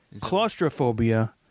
Claustrophobia